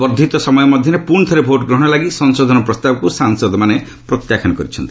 ବର୍ଦ୍ଧିତ ସମୟ ମଧ୍ୟରେ ପ୍ରଶି ଥରେ ଭୋଟ୍ ଗ୍ହହଣ ଲାଗି ସଂଶୋଧନ ପ୍ରସ୍ତାବକୁ ସାଂସଦମାନେ ପ୍ରତ୍ୟାଖ୍ୟାନ କରିଛନ୍ତି